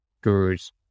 gurus